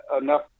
enough